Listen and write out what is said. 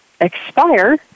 expire